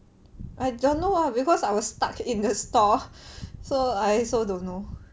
I don't know ah because I was stuck in the store so I also don't know